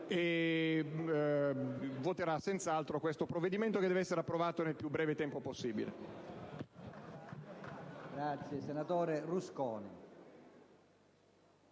voterà senz'altro a favore di questo provvedimento, che deve essere approvato nel più breve tempo possibile.